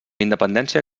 independència